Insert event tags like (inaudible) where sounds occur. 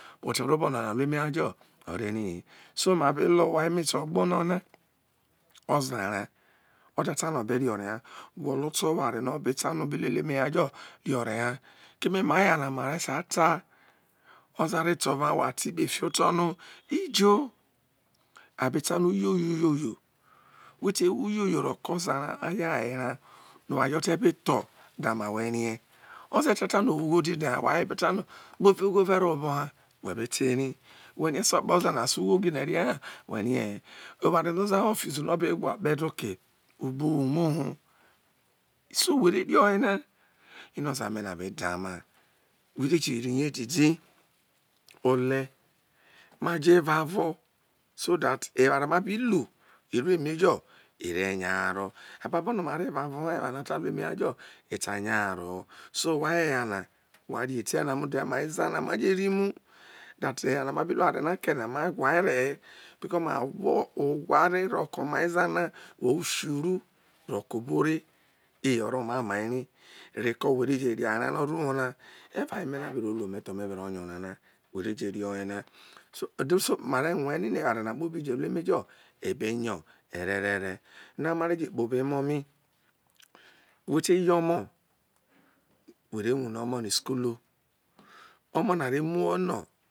(unintelligible) but o̱ro bonano oro era na jō oro ere so ma be le owe emete ogbo na na ote tano obere or na gwo̱lo̱ oto oware no be ro ta no obe re ore na keme me aye na ma sa ta oza te ta ire fio oto ha wa ta kpe no̱ ijo a ba ta no uyoyo uyoyo we te wu uyoyo ro̱ ke̱ oza ra hayo aye ra no oware jo̱ te̱ be tho̱ dao̱ ma we ke̱i oto̱ rie, oza te ta no ugho rie oboha we aye be ta no ugho re ro we̱ oboha we be ta eri whe rie so ekpa oza na ugho gine rie, so ekpa oza na ugho gine rie, ha we rie he̱ oware no oza owo fio uzo nọ obe gwe okpede oke werieh sowe re ri oye na we ra ju riya didi ole ma jo evao ove so that eware no̱ ma bi lu ere nya haro abebo no eware no mobi lu oro̱ eva o̱ ro ha ma t nya haro ore je laume jo ore nye erere now ma kpo obe emo mi we te ye̱ o̱mo̱ we̱ re wune o̱mo̱ na isukulu omo onọ